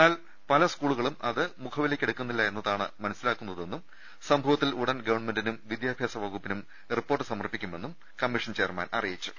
എന്നാൽ അത് പല സ്കൂളുകളും മുഖവിലയ് ക്കെടുക്കുന്നില്ല എന്നതാണ് മനസിലാക്കുന്നതെന്നും സംഭവത്തിൽ ഉടൻ ഗവൺമെന്റിനും വിദ്യാഭ്യാസ വകുപ്പിനും റിപ്പോർട്ട് സമർപ്പിക്കുമെന്നും കമ്മീഷൻ ചെയർമാൻ അറിയിച്ചു